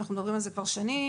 אנחנו מדברים על זה כבר שנים,